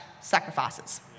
sacrifices